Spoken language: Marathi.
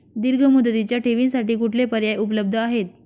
दीर्घ मुदतीच्या ठेवींसाठी कुठले पर्याय उपलब्ध आहेत?